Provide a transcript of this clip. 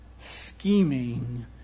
scheming